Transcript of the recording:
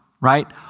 right